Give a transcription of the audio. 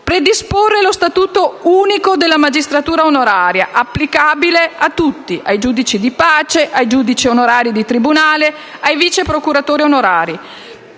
predisporre lo statuto unico della magistratura onoraria applicabile a tutti: ai giudici di pace, ai giudici onorari di tribunale, ai vice procuratori onorari.